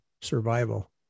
survival